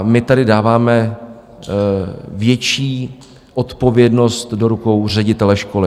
My tady dáváme větší odpovědnost do rukou ředitele školy.